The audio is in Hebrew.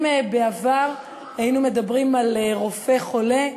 אם בעבר היינו מדברים על רופא חולה,